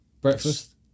breakfast